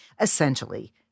essentially